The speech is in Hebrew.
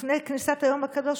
לפני כניסת היום הקדוש?